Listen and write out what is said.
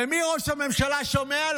למי ראש הממשלה שומע?